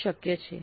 આ શક્ય છે